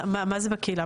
מה זה בקהילה?